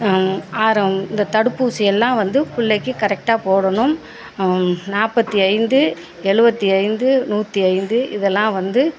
ஆரம் இந்த தடுப்பூசி எல்லாம் வந்து பிள்ளைக்கி கரெக்டாக போடணும் நாற்பத்தி ஐந்து எழுவத்தி ஐந்து நூற்றி ஐந்து இது எல்லாம் வந்து